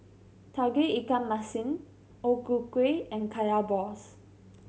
Tauge Ikan Masin O Ku Kueh and Kaya balls